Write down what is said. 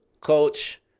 Coach